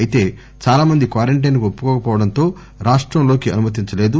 అయితే చాలామంది క్వారంటైస్ కు ఒప్పుకోక పోవడం తో రాష్షం లోకి అనుమతించలేదు